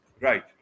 Right